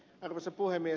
arvoisa puhemies